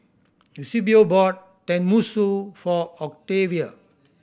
Eusebio bought Tenmusu for Octavia